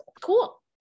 Cool